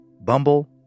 Bumble